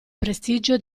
prestigio